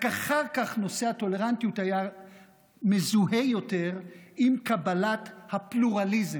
רק אחר כך נושא הטולרנטיות היה מזוהה יותר עם קבלת הפלורליזם,